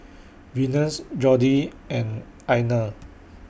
Venus Jordy and Einar